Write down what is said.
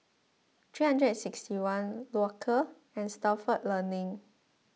sixty one Loacker and Stalford Learning